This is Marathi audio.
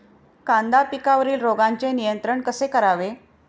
कांदा पिकावरील रोगांचे नियंत्रण कसे करावे?